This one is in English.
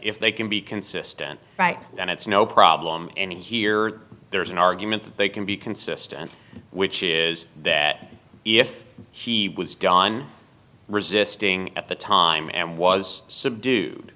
if they can be consistent right then it's no problem and here there's an argument that they can be consistent which is that if he was gone resisting at the time and was subdued